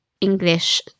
english